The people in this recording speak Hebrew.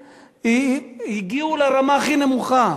שהגיעו לרמה הכי נמוכה.